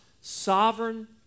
sovereign